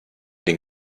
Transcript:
den